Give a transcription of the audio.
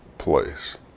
place